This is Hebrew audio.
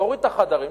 תוריד את החדרים,